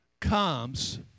comes